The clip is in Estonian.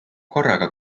korraga